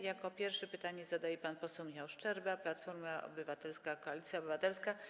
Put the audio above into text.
Jako pierwszy pytanie zadaje pan poseł Michał Szczerba, Platforma Obywatelska - Koalicja Obywatelska.